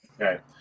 Okay